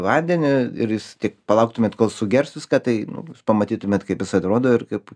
vandeniu ir jis tik palauktumėt kol sugers viską tai nu pamatytumėt kaip jis atrodo ir kaip